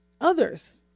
others